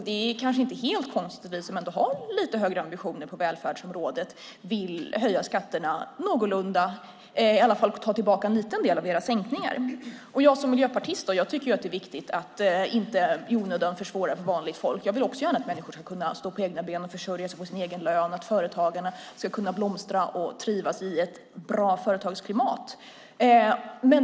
Det är kanske inte helt konstigt att vi som har lite högre ambitioner på välfärdsområdet i varje fall vill ta tillbaka en liten del av era sänkningar. Jag som miljöpartist tycker att det är viktigt att inte i onödan försvåra för vanligt folk. Jag vill också gärna att människor ska stå på egna ben och försörja sig på sin egen lön och att företagarna ska kunna blomstra och trivas i ett bra företagsklimat.